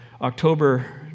October